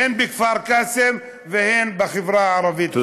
הן בכפר קאסם והן בחברה הערבית.